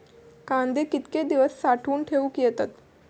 कांदे कितके दिवस साठऊन ठेवक येतत?